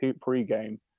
pre-game